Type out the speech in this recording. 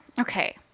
okay